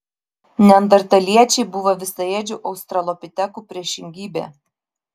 neandertaliečiai buvo visaėdžių australopitekų priešingybė